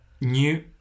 new